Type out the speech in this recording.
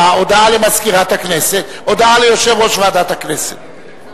על-ידי מליאת הכנסת ברוב של 54 נגד 30 ואין נמנעים.